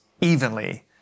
evenly